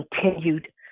continued